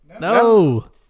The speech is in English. No